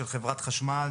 של חברת חשמל,